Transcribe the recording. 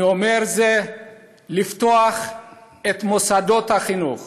לפתוח את מוסדות החינוך